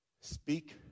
speak